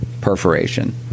perforation